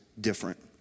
different